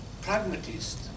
pragmatist